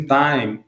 time